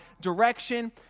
direction